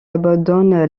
abandonne